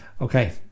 okay